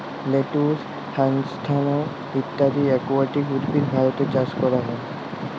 lettuce, হ্যাসান্থ ইত্যদি aquatic উদ্ভিদ ভারতে চাস ক্যরা হ্যয়ে